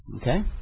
Okay